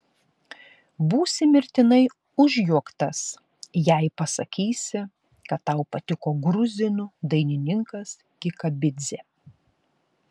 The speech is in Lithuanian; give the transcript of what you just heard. būsi mirtinai užjuoktas jei pasakysi kad tau patiko gruzinų dainininkas kikabidzė